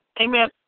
Amen